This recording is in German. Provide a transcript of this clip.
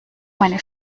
meine